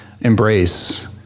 embrace